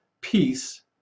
peace